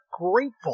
grateful